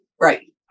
right